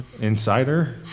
Insider